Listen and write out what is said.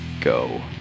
go